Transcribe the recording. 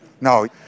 No